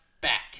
back